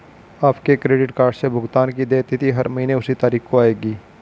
आपके credit card से भुगतान की देय तिथि हर महीने उसी तारीख को आएगी